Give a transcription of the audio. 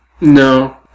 No